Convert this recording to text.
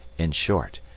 in short,